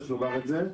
צריך לומר את זה.